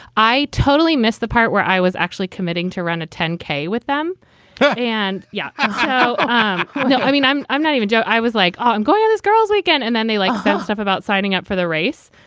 i totally missed the part where i was actually committing to run a ten k with them yeah and. yeah, so um yeah. i mean, i'm i'm not even sure. i was like, ah i'm going on this girls weekend. and then they like stuff about signing up for the race.